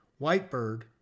Whitebird